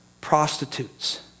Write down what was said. prostitutes